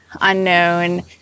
unknown